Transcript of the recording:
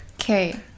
Okay